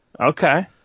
Okay